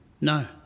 No